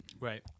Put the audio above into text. Right